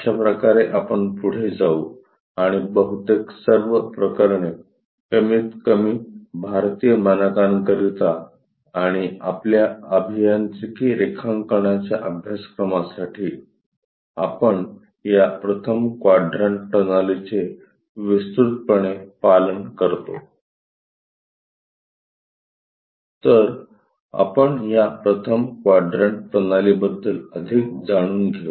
अशाप्रकारे आपण पुढे जाऊ आणि बहुतेक सर्व प्रकरणे कमीतकमी भारतीय मानकांकरिता आणि आपल्या अभियांत्रिकी रेखांकनाच्या अभ्यासक्रमासाठी आपण या प्रथम क्वाड्रन्ट प्रणालीचे विस्तृतपणे पालन करतो तरआपण या प्रथम क्वाड्रन्ट प्रणालीबद्दल अधिक जाणून घेऊ